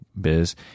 biz